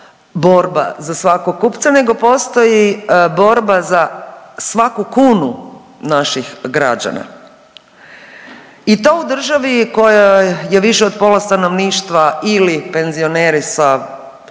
za svakog kupca, nego postoji borba za svaku kunu naših građana i to u državi u kojoj je više od pola stanovništva ili penzioneri sa